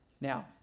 now